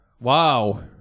Wow